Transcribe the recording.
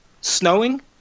snowing